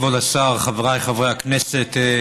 כבוד השר, חבריי חברי הכנסת,